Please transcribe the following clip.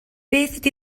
beth